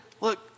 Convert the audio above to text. look